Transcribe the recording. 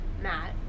Matt